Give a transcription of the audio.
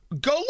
Go